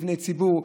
מבני ציבור,